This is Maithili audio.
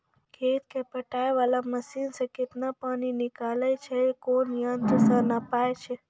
खेत कऽ पटाय वाला मसीन से केतना पानी निकलैय छै कोन यंत्र से नपाय छै